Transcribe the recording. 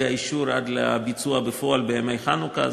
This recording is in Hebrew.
מרגע האישור עד לביצוע בפועל, בימי החנוכה.